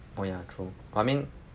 oh ya true I mean